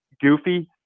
goofy